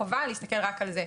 חובה להסתכל רק על זה.